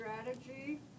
strategy